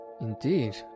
Indeed